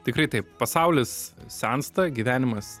tikrai taip pasaulis sensta gyvenimas